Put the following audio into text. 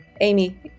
Amy